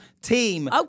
team